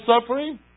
suffering